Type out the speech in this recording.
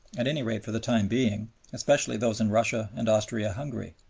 at any rate for the time being especially those in russia and austria-hungary.